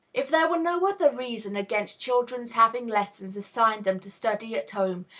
if there were no other reason against children's having lessons assigned them to study at home,